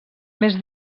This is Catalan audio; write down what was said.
més